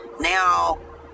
now